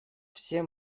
все